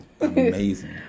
amazing